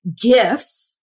gifts